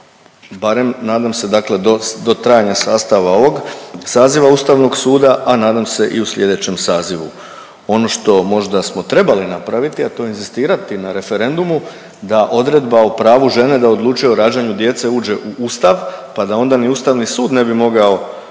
barem nadam se dakle do, do trajanja sastava ovog saziva Ustavnog suda, a nadam se i u slijedećem sazivu. Ono što možda smo trebali napraviti, a to je inzistirati na referendumu da odredba o pravu žene da odlučuje o rađanju djece uđe u ustav, pa da onda ni Ustavni sud ne bi mogao